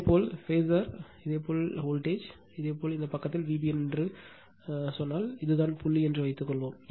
இதேபோல் ஃபாசர் இதேபோல் வோல்ட்டேஜ்மம் இதேபோல் இந்த பக்கத்தில் Vbn என்று சொன்னால் இதுதான் புள்ளி என்று வைத்துக்கொள்வோம்